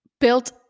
built